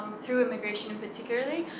through immigration particularly,